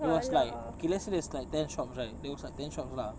it's was like okay let's say there's like ten shops right there was like ten shops lah